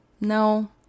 no